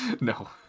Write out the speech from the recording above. no